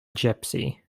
gipsy